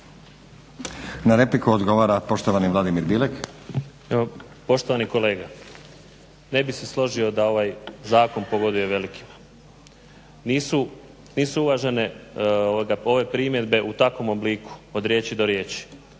Na repliku odgovara poštovani Vladimir Bilek. **Bilek, Vladimir (HNS)** Poštovani kolega, ne bih se složio da ovaj zakon pogoduje velikima. Nisu uvažene ove primjedbe u takvom obliku od riječi do riječi